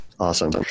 Awesome